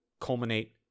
culminate